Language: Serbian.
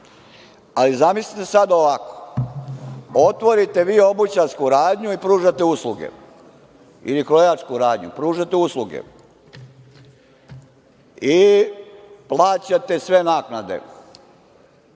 ali, zamislite, sada ovako, otvorite vi obućarsku radnju i pružate usluge ili krojačku radnju, pružate usluge i plaćate sve naknade,